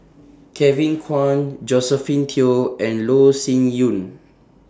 Kevin Kwan Josephine Teo and Loh Sin Yun